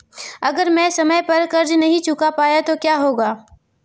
अगर मैं समय पर कर्ज़ नहीं चुका पाया तो क्या होगा?